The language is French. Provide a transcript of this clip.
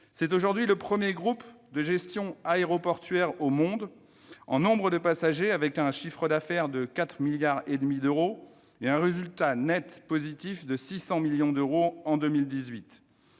C'est aujourd'hui le premier groupe de gestion aéroportuaire au monde en nombre de passagers, avec un chiffre d'affaires de 4,5 milliards d'euros et un résultat net positif de 600 millions d'euros en 2018.